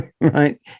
right